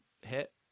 hit